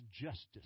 justice